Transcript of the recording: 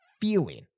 feeling